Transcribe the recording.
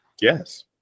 Yes